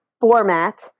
format